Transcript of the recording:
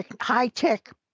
high-tech